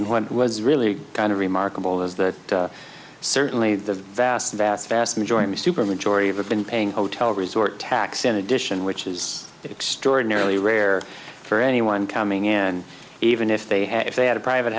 and when it was really kind of remarkable is that certainly the vast vast vast majority supermajority of it been paying hotel resort tax in addition which is extraordinarily rare for anyone coming in even if they had if they had a private